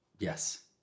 Yes